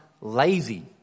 lazy